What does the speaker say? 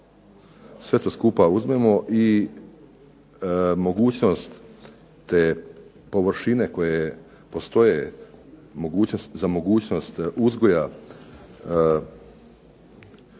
sve to skupa uzmemo i mogućnost te površine koje postoje za mogućnost uzgoja